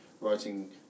Writing